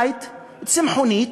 לייט, צמחונית,